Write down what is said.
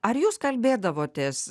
ar jūs kalbėdavotės